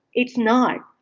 it's nice.